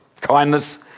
kindness